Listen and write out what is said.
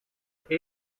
ate